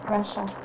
Russia